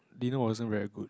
dinner wasn't very good